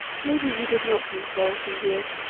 maybe we did not meet while it endured.